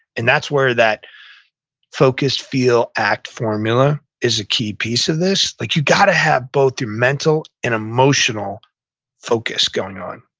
and that's where that focus, feel, act formula is a key piece of this. like you got to have both your mental and emotional focus going on.